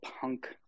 punk